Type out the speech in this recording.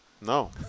No